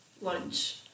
lunch